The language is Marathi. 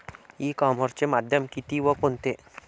ई कॉमर्सचे माध्यम किती व कोणते?